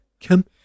come